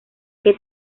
que